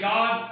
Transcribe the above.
God